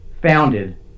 founded